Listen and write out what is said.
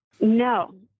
No